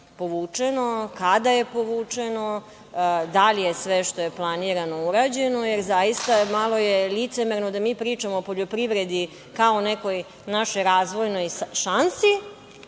povučeno, kada je povučeno, da li je sve što je planirano urađeno? Zaista je malo licemerno da mi pričamo o poljoprivredi kao o nekoj našoj razvojnoj šansi,